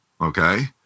okay